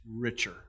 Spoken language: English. richer